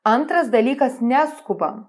antras dalykas neskubam